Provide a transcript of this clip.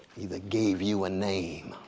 either gave you a name,